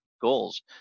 goals